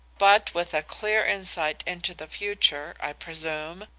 but with a clear insight into the future, i presume,